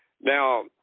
Now